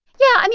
yeah.